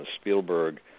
Spielberg